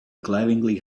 glaringly